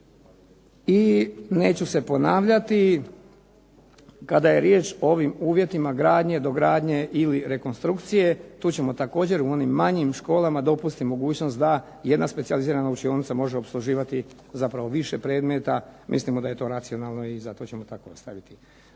I neću se ponavljati, kada je riječ o ovim uvjetima gradnje, dogradnje ili rekonstrukcije, tu ćemo također u onim manjim školama dopustiti mogućnost da jedna specijalizirana učinioca može opsluživati zapravo više predmeta, mislimo da je to racionalno i zato ćemo tako ostaviti.